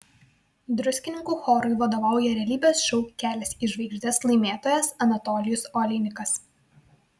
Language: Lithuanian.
druskininkų chorui vadovauja realybės šou kelias į žvaigždes laimėtojas anatolijus oleinikas